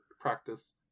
practice